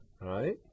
right